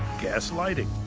gas lighting,